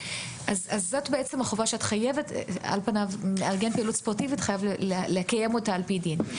זאת החובה שמארגן פעילות ספורטיבית חייב לקיים אותה על-פי דין.